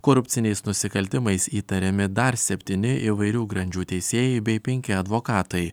korupciniais nusikaltimais įtariami dar septyni įvairių grandžių teisėjai bei penki advokatai